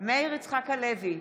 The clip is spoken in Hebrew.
מאיר יצחק הלוי,